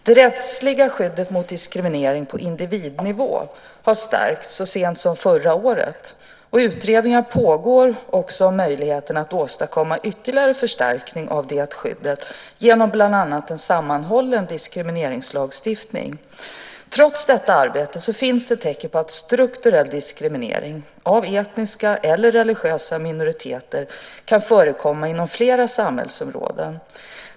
Det rättsliga skyddet mot diskriminering på individnivå har stärkts så sent som förra året, och utredningar pågår också om möjligheterna att åstadkomma ytterligare förstärkningar av det skyddet genom bland annat en sammanhållen diskrimineringslagstiftning. Trots detta arbete finns det tecken på att strukturell diskriminering av etniska eller religiösa minoriteter kan förekomma inom flera samhällsområden.